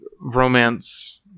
romance